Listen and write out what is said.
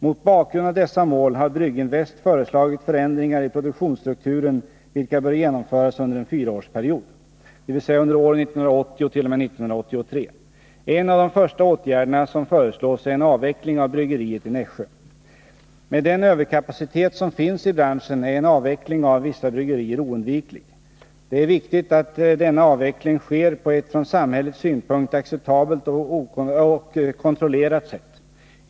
Mot bakgrund av dessa mål har Brygginvest föreslagit förändringar i produktionsstrukturen vilka bör genomföras under en fyraårsperiod, dvs. under åren 19801. o. m. 1983. En av de första åtgärderna som föreslås är en avveckling av bryggeriet i Nässjö. Med den överkapacitet som finns i branschen är en avveckling av vissa bryggerier oundviklig. Det är viktigt att denna avveckling sker på ett från samhällets synpunkt acceptabelt och kontrollerat sätt.